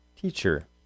Teacher